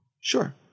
Sure